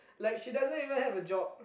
like she doesn't even have a job